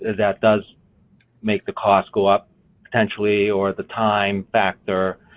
that does make the cost go up potentially, or the time factor.